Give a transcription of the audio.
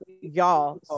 y'all